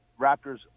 Raptors